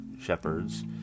shepherds